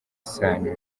isano